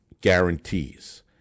guarantees